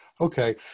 okay